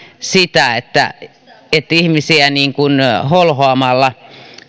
sitä että ihmisiä holhoamalla